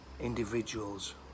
individuals